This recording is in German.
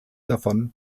davon